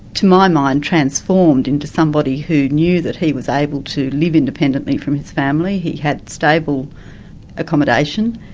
to my mind, transformed into somebody who knew that he was able to live independently from his family. he had stable accommodation,